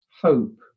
hope